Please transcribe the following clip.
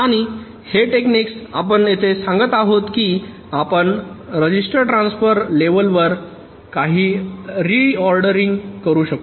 आणि हे टेक्निक आपण येथे सांगत आहोत की आपण रजिस्टर ट्रान्सफर लेव्हलवर काही रिओरडेरिंग करू शकतो